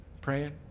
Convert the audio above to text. praying